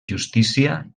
justícia